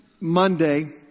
Monday